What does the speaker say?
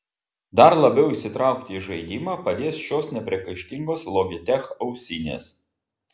dar labiau įsitraukti į žaidimą padės šios nepriekaištingos logitech ausinės